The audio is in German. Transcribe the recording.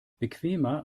bequemer